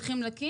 תסביר.